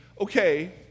okay